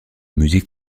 musique